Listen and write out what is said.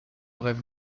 rêve